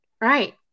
Right